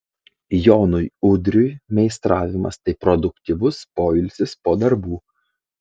jonui udriui meistravimas tai produktyvus poilsis po darbų